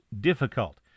difficult